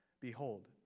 Behold